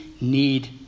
need